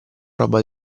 roba